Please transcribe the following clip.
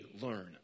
learn